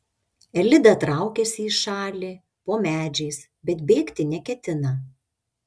elida traukiasi į šalį po medžiais bet bėgti neketina